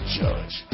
judge